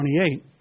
28